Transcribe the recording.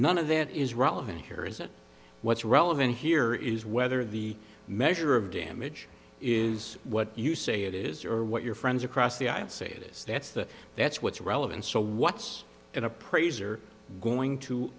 none of that is relevant here is what's relevant here is whether the measure of damage is what you say it is or what your friends across the aisle say it is that's the that's what's relevant so what's an appraiser going to